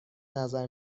نظر